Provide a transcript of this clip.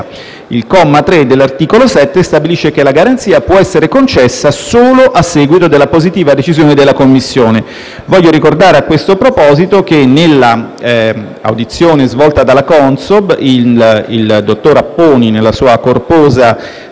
Il comma 3 dell'articolo 7 stabilisce che la garanzia può essere concessa solo a seguito della positiva decisione della Commissione. Voglio ricordare, a questo proposito, che nell'audizione della Consob il dottor Apponi, nella sua corposa